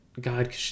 God